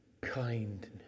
kindness